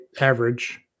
average